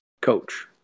coach